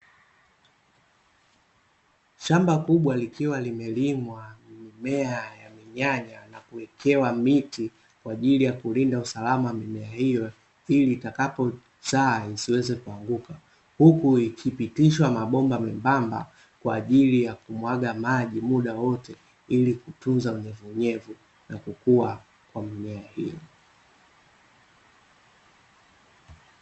Shamba kubwa likiwa limelimwa mimea ya minyanya nakuwekewa miti kwa ajili ya kulinda usalama wa mimea hiyo iliitakapozaa isiweze kuanguka, huku ikipitishwa mabomba membamba kwa ajili ya kumwaga maji muda wote ilikutunza unyevunyevu na kukua kwa mimea hiyo.